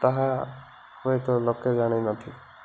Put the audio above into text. ତାହା ହୁଏତ ଲୋକେ ଜାଣି ନ ଥିବେ